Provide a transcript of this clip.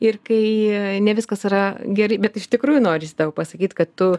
ir kai ne viskas yra gerai bet iš tikrųjų norisi tau pasakyt kad tu